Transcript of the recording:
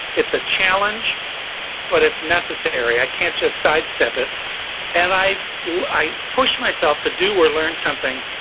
it's a challenge but it's necessary. i can't just side step it and i like push myself to do or learn something,